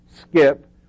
skip